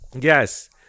Yes